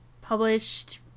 published